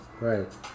Right